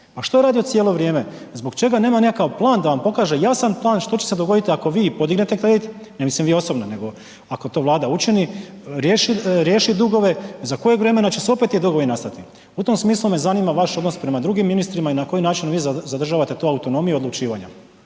A što je radio cijelo vrijeme? Zbog čega nema nekakav plan da vam pokaže jasan plan što će se dogoditi ako vi i podignete kredit, ne mislim vi osobno, nego ako to Vlada učini, riješi dugove, za kojeg vremena će opet ti dugovi nastati? U tom smislu me zanima vaš odnos prema drugim ministrima i na koji način vi zadržavate tu autonomiju odlučivanja.